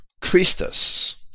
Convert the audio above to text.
Christus